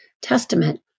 Testament